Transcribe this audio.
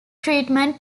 treatment